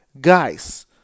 guys